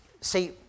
See